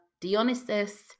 Dionysus